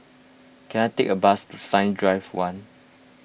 can I take a bus to Science Drive one